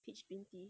peach green tea